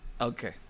okay